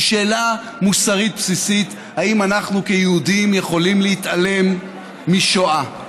היא שאלה מוסרית בסיסית: האם אנחנו כיהודים יכולים להתעלם משואה?